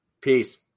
Peace